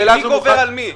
מי גובר על מי?